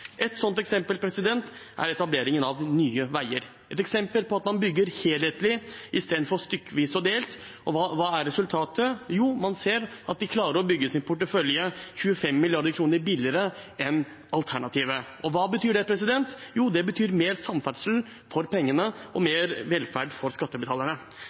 eksempel er etableringen av Nye veier, et eksempel på at man bygger helhetlig i stedet for stykkevis og delt. Og hva er resultatet? Jo, man ser at de klarer å bygge sin portefølje 25 mrd. kr billigere enn alternativet. Og hva betyr det? Jo, det betyr mer samferdsel for pengene og mer velferd for skattebetalerne.